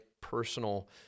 personal